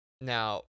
Now